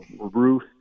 Ruth